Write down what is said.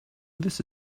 this